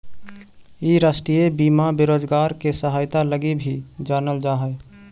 इ राष्ट्रीय बीमा बेरोजगार के सहायता लगी भी जानल जा हई